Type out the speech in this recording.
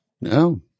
No